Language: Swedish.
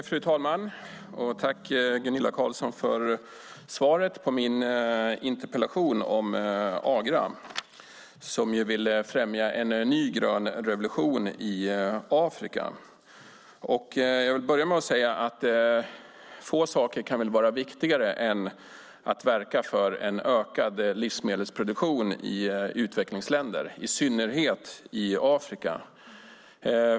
Fru talman! Tack, Gunilla Carlsson, för svaret på min interpellation om Agra, som vill främja en ny grön revolution i Afrika. Jag vill börja med att säga att få saker kan väl vara viktigare än att verka för en ökad livsmedelsproduktion i utvecklingsländerna, i synnerhet i Afrika.